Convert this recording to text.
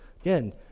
Again